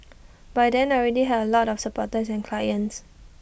by then I already had A lot of supporters and clients